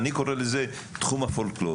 אני קורא לזה: "תחום הפולקלור".